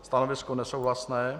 Stanovisko nesouhlasné.